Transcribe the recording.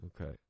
Okay